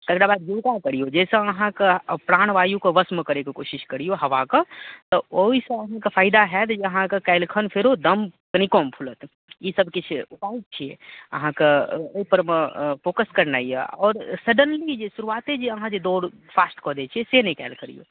तकरा बाद योगा करियौ जैसँ अहाँके प्राणवायुके वशमे करैके कोशिश करियौ हवाके तऽ ओइसँ अहाँके फायदा हैत जे अहाँके काल्हिखन फेरो दम कनि कम फुलत ई सभ किछु उपाय छियै अहाँके ओइपर परमे फोकस करनाय यऽ आओर सडेनली जे शुरुआते जे अहाँ जे दौड़ स्टार्ट कऽ दै छियै से नहि कयल करियौ